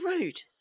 rude